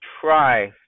try